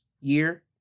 year